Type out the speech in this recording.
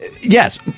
Yes